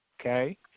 Okay